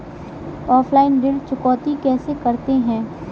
Offline ऋण चुकौती कैसे करते हैं?